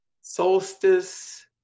solstice